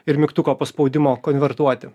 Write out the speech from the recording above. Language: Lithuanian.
ir mygtuko paspaudimu konvertuoti